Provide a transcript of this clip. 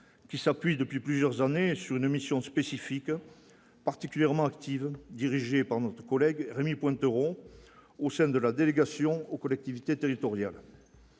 qui s'appuient depuis plusieurs années sur une mission spécifique particulièrement active, dirigé par notre collègue Rémi pointeront au sein de la délégation aux collectivités territoriales.